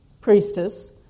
priestess